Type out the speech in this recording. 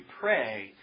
pray